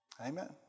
Amen